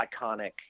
iconic